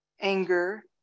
anger